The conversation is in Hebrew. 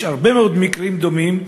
יש הרבה מאוד מקרים דומים,